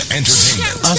entertainment